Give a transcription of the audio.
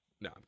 No